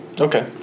Okay